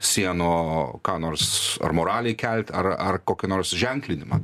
sienų ką nors ar moralei kelt ar ar kokį nors ženklinimą